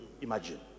imagine